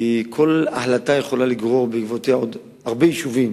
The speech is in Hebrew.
כי כל החלטה יכולה לגרור עוד הרבה יישובים